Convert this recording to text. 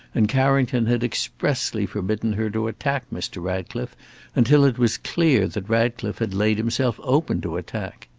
and carrington had expressly forbidden her to attack mr. ratcliffe until it was clear that ratcliffe had laid himself open to attack.